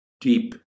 deep